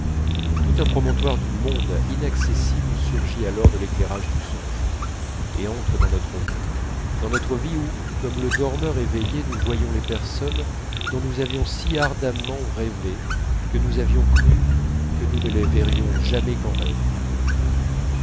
tout un promontoire du monde inaccessible surgit alors de l'éclairage du songe et entre dans notre vie dans notre vie où comme le dormeur éveillé nous voyons les personnes dont nous avions si ardemment rêvé que nous avions cru que nous ne les verrions jamais qu'en rêve